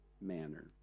manner